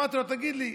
אמרתי לו: תגיד לי,